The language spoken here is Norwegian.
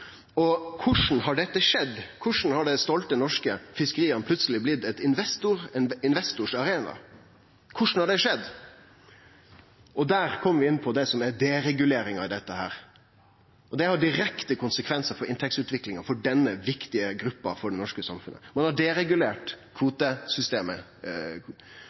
tener. Korleis har dette skjedd? Korleis har dei stolte norske fiskeria plutseleg blitt ein arena for investorane? Korleis har det skjedd? Der kjem vi inn på det som er dereguleringa i dette, og det har direkte konsekvensar for inntektsutviklinga for denne viktige gruppa i det norske samfunnet. Ein har deregulert